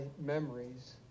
memories